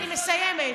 אני מסיימת.